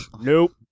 Nope